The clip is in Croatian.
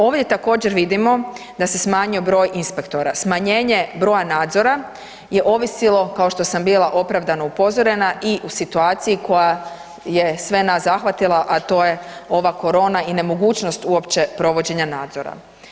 Ovdje također vidimo da se smanjio broj inspektora, smanjenje broja nadzora je ovisilo kao što sam bila opravdano i upozorena i u situaciji koja je sve nas zahvatila, a to je ova korona i nemogućnost uopće provođenja nadzora.